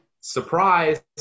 surprise